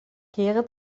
kehre